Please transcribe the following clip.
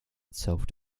itself